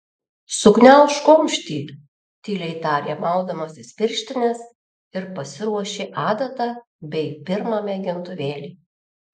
sugniaužk kumštį tyliai tarė maudamasis pirštines ir pasiruošė adatą bei pirmą mėgintuvėlį